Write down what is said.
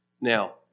Now